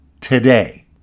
today